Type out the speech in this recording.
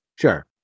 Sure